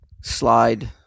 slide